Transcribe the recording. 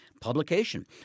publication